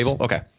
Okay